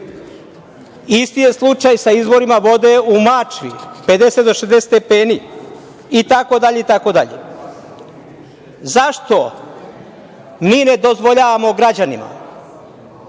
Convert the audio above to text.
Isti je slučaj sa izborima vode u Mačvi, 50 do 60 stepeni itd.Zašto mi ne dozvoljavamo građanima